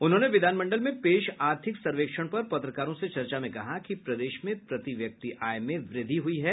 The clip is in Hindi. उन्होंने विधानमंडल में पेश आर्थिक सर्वेक्षण पर पत्रकारों से चर्चा में कहा कि प्रदेश में प्रति व्यक्ति आय में वृद्धि हुई है